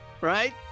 right